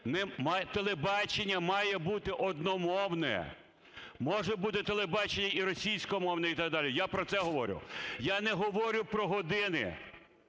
телебачення має бути одномовне. Може бути телебачення і російськомовне, і так далі. Я про це говорю. Я не говорю про години,